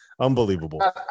Unbelievable